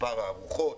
מספר הארוחות.